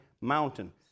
mountain